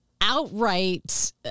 outright